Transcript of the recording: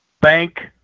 bank